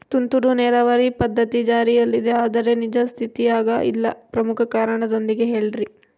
ತುಂತುರು ನೇರಾವರಿ ಪದ್ಧತಿ ಜಾರಿಯಲ್ಲಿದೆ ಆದರೆ ನಿಜ ಸ್ಥಿತಿಯಾಗ ಇಲ್ಲ ಪ್ರಮುಖ ಕಾರಣದೊಂದಿಗೆ ಹೇಳ್ರಿ?